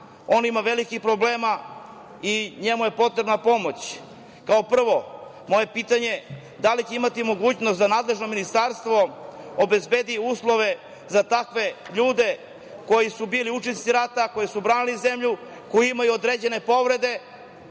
on ima velikih problema i njemu je potrebna pomoć. Kao prvo, moje pitanje – da li će imati mogućnost da nadležno ministarstvo obezbedi uslove za takve ljude koji su bili učesnici rata, koji su branili zemlju, koji imaju određene povrede,